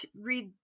read